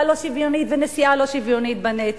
לא שוויונית ונשיאה לא שוויונית בנטל,